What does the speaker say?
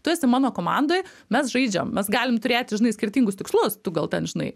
tu esi mano komandoj mes žaidžiam mes galim turėti žinai skirtingus tikslus tu gal žinai